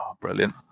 brilliant